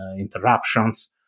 interruptions